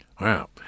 Wow